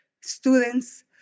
students